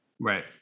right